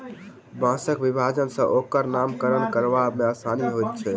बाँसक विभाजन सॅ ओकर नामकरण करबा मे आसानी होइत छै